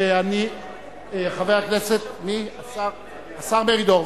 חבר הכנסת, השר מרידור.